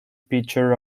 pitcher